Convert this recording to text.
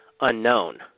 unknown